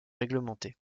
réglementé